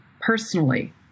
personally